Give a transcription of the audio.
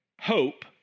Hope